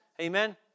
Amen